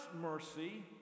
mercy